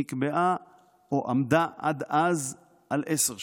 נקבעה או עמדה עד אז על עשר שנים.